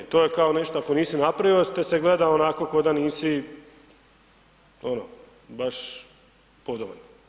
To je kao nešto ako nisi napravio te se gleda onako ko da nisi ono baš podoban.